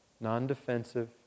Non-defensive